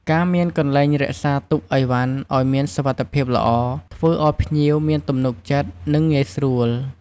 ការមានកន្លែងរក្សាទុកឥវ៉ាន់ឪ្យមានសុវត្ថភាពល្អ ធ្វើឱ្យភ្ញៀវមានទំនុកចិត្ត និង ងាយស្រួល។